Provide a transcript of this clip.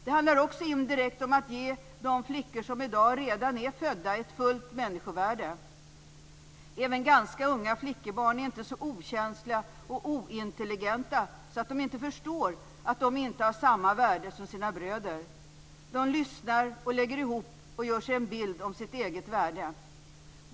Det handlar också indirekt om att ge de flickor som i dag redan är födda ett fullt människovärde. Även ganska unga flickebarn är inte så okänsliga och ointelligenta att de inte förstår att de inte har samma värde som sina bröder. De lyssnar, lägger ihop och gör sig en bild av sitt eget värde.